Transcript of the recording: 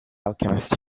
alchemist